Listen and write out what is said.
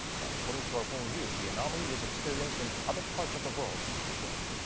but according to our hong yoo, the anomaly is experienced in other parts of the world as well.